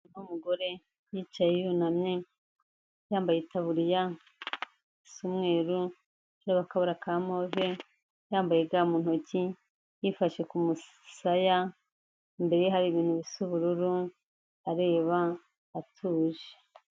Umugore wicaye yunamye, yambaye itaburiya isa umweru, irimo akabara ka move, yambaye ga mu ntoki, yifashe ku musaya, imbere ye hari ibintu bisa ubururu, areba atuje.